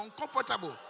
uncomfortable